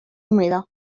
humida